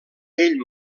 ell